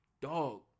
dog